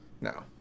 No